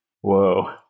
Whoa